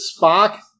Spock